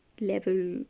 level